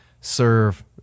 serve